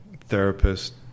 therapist